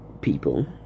people